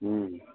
हूँ